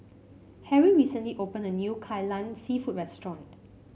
Harry recently opened a new Kai Lan seafood restaurant